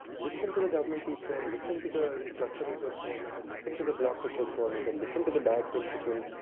listen to the government teacher, listen to the cluster resource coordinator, listen to the block resource coordinator, listen to the diet principal,